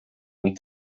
and